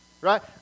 Right